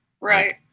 right